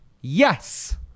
Yes